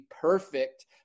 perfect